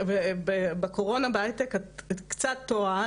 בקורונה בהייטק את קצת טועה,